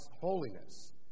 holiness